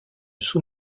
sous